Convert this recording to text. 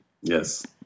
Yes